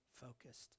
Focused